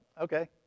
okay